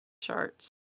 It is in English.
charts